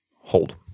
Hold